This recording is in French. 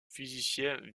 physicien